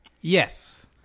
Yes